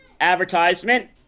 advertisement